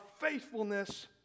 faithfulness